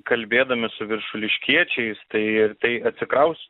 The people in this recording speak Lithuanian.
kalbėdami su viršuliškiečiais tai tai atsikraus